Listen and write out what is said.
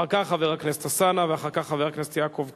אחר כך, חבר הכנסת אלסאנע, ואחר כך, חבר הכנסת כץ.